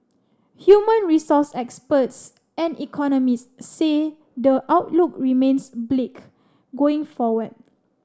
human resource experts and economists say the outlook remains bleak going forward